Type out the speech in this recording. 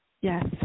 Yes